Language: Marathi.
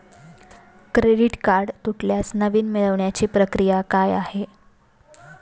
क्रेडिट कार्ड तुटल्यास नवीन मिळवण्याची प्रक्रिया काय आहे?